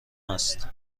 است